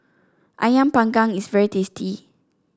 ayam Panggang is very tasty